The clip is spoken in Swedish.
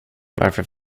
varför